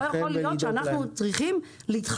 זה לא יכול להיות שאנחנו צריכים להתחנן